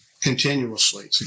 continuously